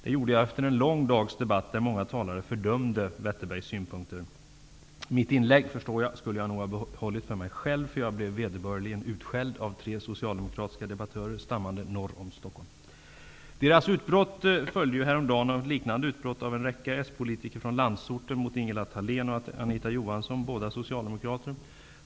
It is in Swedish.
Det gjorde jag efter en lång dags debatt, där många talare fördömde Gunnar Wetterbergs synpunkter. Mitt inlägg, förstår jag, skulle jag nog ha behållit för mig själv, för jag blev vederbörligen utskälld av tre socialdemokratiska debattörer, stammande norr om Stockholm. Deras utbrott följdes häromdagen av ett liknande utbrott av en räcka s-politiker från landsorten mot Ingela Thalén och Anita Johansson, båda socialdemokrater.